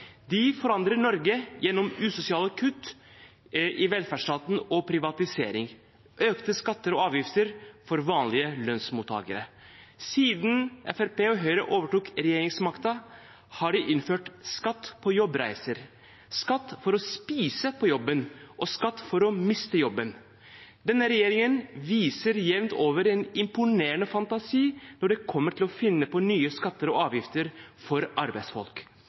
De forandrer Norge gjennom usosiale kutt i velferdsstaten og privatisering – økte skatter og avgifter for vanlige lønnsmottakere. Siden Høyre og Fremskrittspartiet overtok regjeringsmakten har de innført skatt på jobbreiser, skatt for å spise på jobben og skatt for å miste jobben. Denne regjeringen viser jevnt over en imponerende fantasi når det kommer til å finne på nye skatter og avgifter for arbeidsfolk